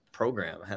program